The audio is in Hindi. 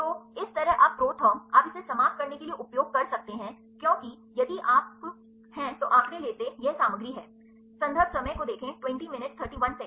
तो इसी तरह आप ProTherm आप इसे समाप्त करने के लिए उपयोग कर सकते हैं क्योंकि यदि आप हैं तो आंकड़े लेते यह सामग्री है